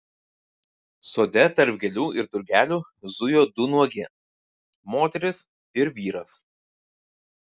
sode tarp gėlių ir drugelių zujo du nuogi moteris ir vyras